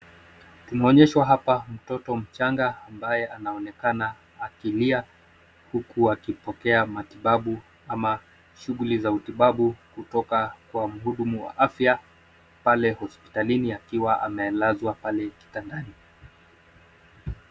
Tunaonyeshwa hapa mtoto mchanga ambaye anaonekana akilia huku akipokea matibabu ama shughuli za utibabu kutoka kwa mhudumu wa afya pale hospitalini akiwa amelazwa pale kitandani.